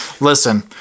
Listen